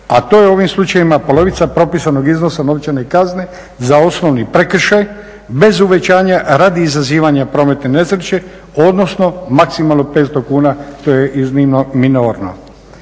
a to je ovim slučajevima polovica propisanog iznosa za osnovni prekršaj bez uvećanja radi izazivanja prometne nesreće odnosno maksimalno 500 kuna, to je iznimno minorno.